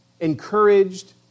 encouraged